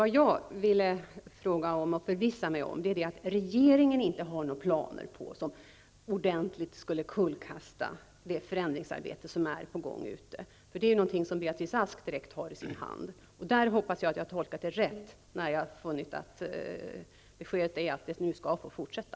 Vad jag emellertid ville förvissa mig om är att regeringen inte har några planer som skulle kunna kullkasta det förändringsarbete som är på gång. Detta är någonting som Beatrice Ask direkt har i sin hand. Jag hoppas jag tolkat Beatrice Asks besked korrekt, nämligen att projektet kommer att fortsätta.